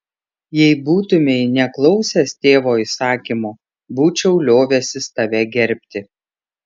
jei būtumei neklausęs tėvo įsakymo būčiau liovęsis tave gerbti